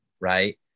right